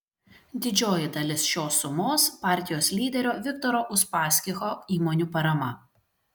didžioji dalis šios sumos partijos lyderio viktoro uspaskicho įmonių parama